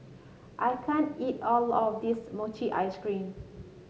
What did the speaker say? I can't eat all of this Mochi Ice Cream